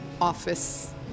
office